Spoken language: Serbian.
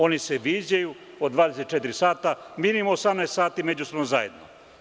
Oni se viđaju od 24 sata, minimum 18 sati su međusobno zajedno.